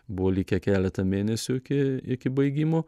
buvo likę keleta mėnesių iki iki baigimo